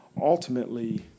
Ultimately